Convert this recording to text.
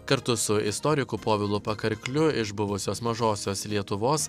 kartu su istoriku povilu pakarkliu iš buvusios mažosios lietuvos